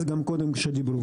ישראל.